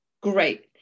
great